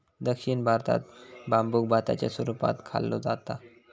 दक्षिण भारतात बांबुक भाताच्या स्वरूपात खाल्लो जाता